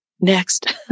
next